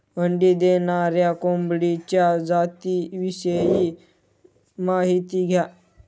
अंडी देणाऱ्या कोंबडीच्या जातिविषयी माहिती द्या